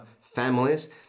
families